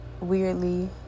weirdly